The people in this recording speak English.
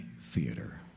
theater